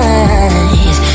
eyes